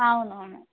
అవును అవును